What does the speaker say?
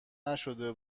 نشده